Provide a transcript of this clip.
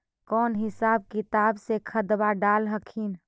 कौन हिसाब किताब से खदबा डाल हखिन?